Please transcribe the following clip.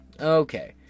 Okay